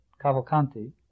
Cavalcanti